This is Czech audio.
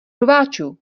rváčů